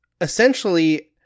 essentially